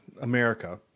America